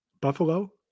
Buffalo